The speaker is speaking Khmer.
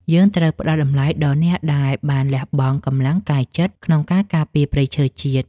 យើងត្រូវផ្តល់តម្លៃដល់អ្នកដែលបានលះបង់កម្លាំងកាយចិត្តក្នុងការការពារព្រៃឈើជាតិ។